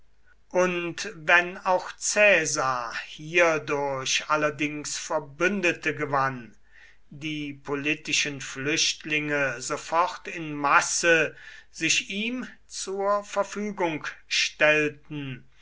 und wenn auch caesar hierdurch allerdings verbündete gewann die politischen flüchtlinge sofort in masse sich ihm zur verfügung stellten